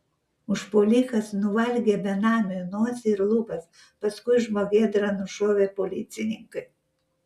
užpuolikas nuvalgė benamiui nosį ir lūpas paskui žmogėdrą nušovė policininkai